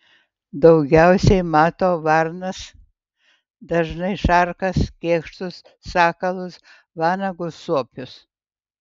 daugiausiai mato varnas dažnai šarkas kėkštus sakalus vanagus suopius